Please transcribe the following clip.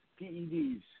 PEDs